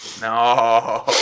No